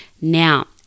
now